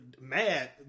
mad